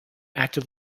acted